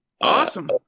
Awesome